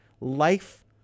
life